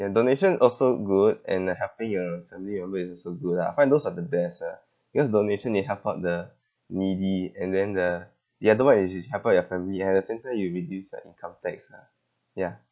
and donation also good and uh helping your family members is also good ah I find those are the best ah because donation it help out the needy and then the the other one is which help out your family and at the same time you reduce your income tax lah ya